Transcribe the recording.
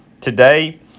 Today